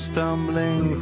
Stumbling